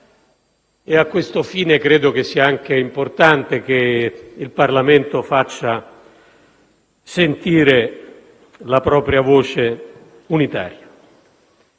A questo fine, credo sia importante che il Parlamento faccia sentire la propria voce unitaria.